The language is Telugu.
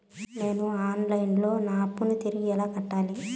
నేను ఆన్ లైను లో నా అప్పును తిరిగి ఎలా కట్టాలి?